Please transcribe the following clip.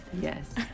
Yes